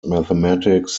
mathematics